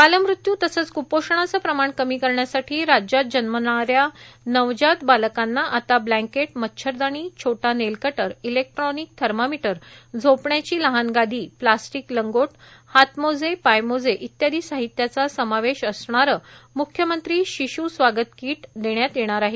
बालमृत्यू तसंच क्पोषणाचं प्रमाण कमी करण्यासाठी राज्यात जन्मणाऱ्या नवजात बालकांना आता ब्लँकेट मच्छरदाणी छोटा नेलकटर इलेक्ट्रॉनिक थर्मामीटर झोपण्याची लहान गादी प्लास्टिक लंगोट हातमोजे पायमोजे इत्यादी साहित्याचा समावेश असणारं मुख्यमंत्री शिश् स्वागत कीट देण्यात येणार आहे